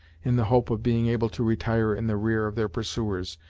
in the hope of being able to retire in the rear of their pursuers,